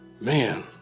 Man